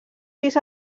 pis